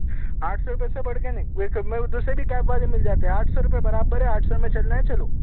آٹھ سو روپئے سے بڑھ کے نہیں میرے کو میں ادھر سے بھی کیب والے مل جاتے ہیں آٹھ سو روپئے برابر ہے آٹھ سو میں چلنا ہے چلو